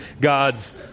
God's